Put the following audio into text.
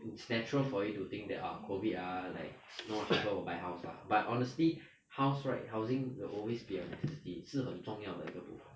it's natural for you to think that ah COVID ah like not much people will buy house lah but honestly house right housing will always be a necessity 是很重要的一个部分